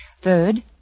Third